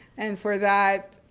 and for that